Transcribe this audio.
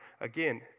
Again